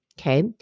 Okay